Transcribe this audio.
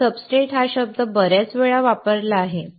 मी substrate हा शब्द बर्याच वेळा वापरला आहे